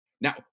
Now